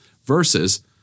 versus